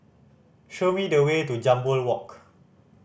show me the way to Jambol Walk